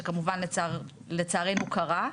שכמובן לצערנו הוא קרה,